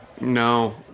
no